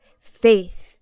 faith